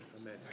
Amen